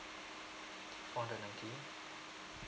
four hundred ninety